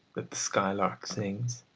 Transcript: that the skylark sings.